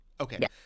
Okay